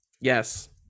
Yes